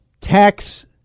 tax